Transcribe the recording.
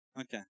Okay